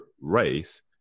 race